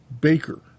Baker